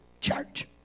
church